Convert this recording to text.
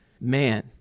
man